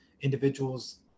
individuals